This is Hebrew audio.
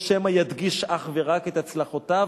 או שמא ידגיש אך ורק את הצלחותיו